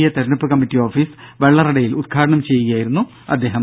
A തെരഞ്ഞെടുപ്പ് committee office വെള്ളറടയിൽ ഉദ്ഘാടനം ചെയ്യുകയായിരുന്നു അദ്ദേഹം